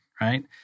right